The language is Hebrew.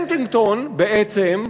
הנטינגטון בעצם,